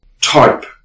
type